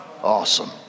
Awesome